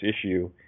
issue